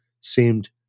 seemed